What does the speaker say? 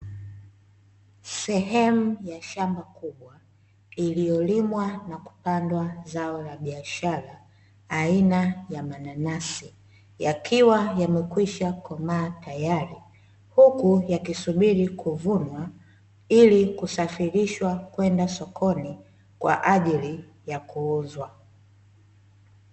Sehemu ya shamba kubwa, iliyolimwa na kupandwa zao la biashara aina ya mananasi. Yakiwa yamekwisha komaa tayari, huku yakisubiri kuvunwa ili kusafirishwa kwenda sokoni, kwa ajili ya kuuzwa.